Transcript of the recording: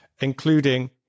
including